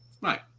right